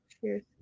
Cheers